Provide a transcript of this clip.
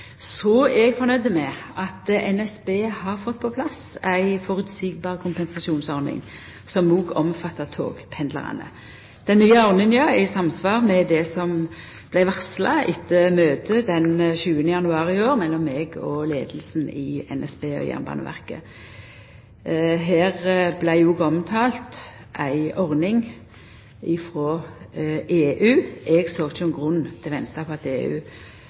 Eg er fornøgd med at NSB no har fått på plass ei føreseieleg kompensasjonsordning som òg omfattar togpendlarane. Den nye ordninga er i samsvar med det som vart varsla etter møtet 7. januar i år mellom meg og leiinga i NSB og Jernbaneverket. Her vart ei ordning frå EU omtald. Eg såg ikkje nokon grunn til å venta på at EU